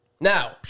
Now